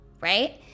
right